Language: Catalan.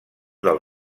del